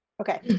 okay